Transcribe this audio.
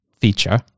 feature